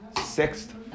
Sixth